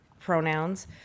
pronouns